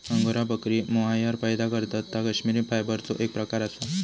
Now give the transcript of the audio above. angora बकरी mohair पैदा करतत ता कश्मिरी फायबरचो एक प्रकार असा